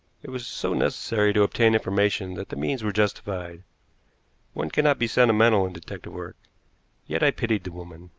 it was so necessary to obtain information that the means were justified one cannot be sentimental in detective work yet i pitied the woman.